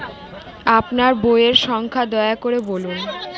আপনার বইয়ের সংখ্যা দয়া করে বলুন?